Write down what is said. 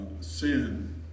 sin